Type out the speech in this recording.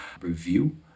review